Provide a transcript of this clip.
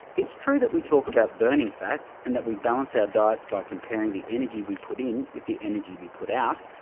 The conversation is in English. it's true that we talk about burning fat, and that we balance our diets by comparing the energy we put in with the energy we put out,